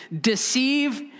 deceive